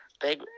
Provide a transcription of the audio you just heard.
big